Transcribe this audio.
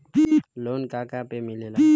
Loan का का पे मिलेला?